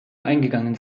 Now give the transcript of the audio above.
eingegangen